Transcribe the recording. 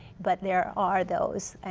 but there are those.